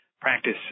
practice